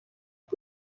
حرف